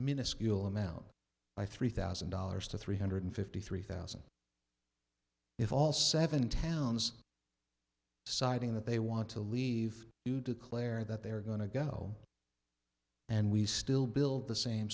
minuscule amount by three thousand dollars to three hundred fifty three thousand if all seven towns deciding that they want to leave you declare that they're going to go and we still build the same